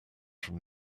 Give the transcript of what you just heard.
from